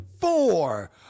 four